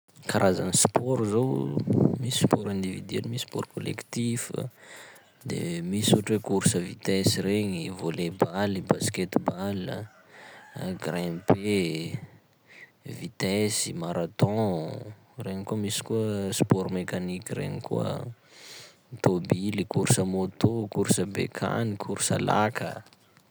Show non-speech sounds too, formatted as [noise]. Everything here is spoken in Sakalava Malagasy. Karazan'ny sport zao: [noise] misy sport individuel, misy sport collectif a, de misy ohatry hoe course vitesse regny, volley-baly, basket ball a, [noise] [hesitation] grimper e, vitesse i, marathon, regny koa- misy koa sport mécanique regny koa: [noise] tômbily, course moto, course bekany, course laka.